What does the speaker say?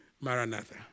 Maranatha